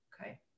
Okay